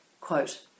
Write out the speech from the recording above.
Quote